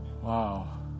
Wow